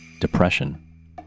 depression